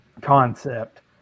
concept